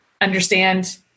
understand